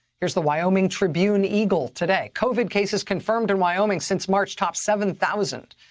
here's the wyoming tribune eagle today. covid cases confirmed in wyoming since march top seven thousand.